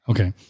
Okay